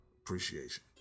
appreciation